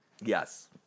Yes